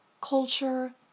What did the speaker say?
culture